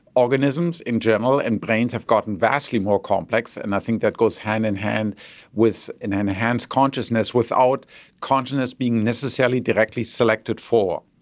organisms in general and brains have gotten vastly more complex, and i think that goes hand-in-hand with an enhanced consciousness, without consciousness being necessarily directly selected for.